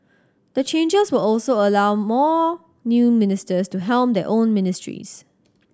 the changes will also allow more new ministers to helm their own ministries